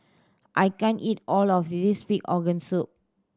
I can't eat all of this pig organ soup